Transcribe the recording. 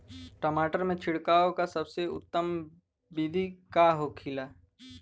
टमाटर में छिड़काव का सबसे उत्तम बिदी का होखेला?